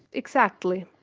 exactly.